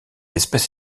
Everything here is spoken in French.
espèce